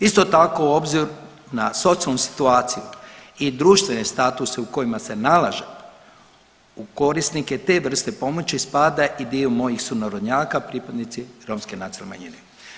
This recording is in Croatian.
Isto tako u obzir na socijalnoj situaciji i društvene statuse u kojima se nalaže u korisnike te vrste pomoći spada i dio mojih sunarodnjaka pripadnici romske nacionalne manjine.